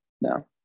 No